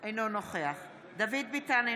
אינו נוכח דוד ביטן,